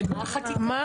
שמה החקיקה?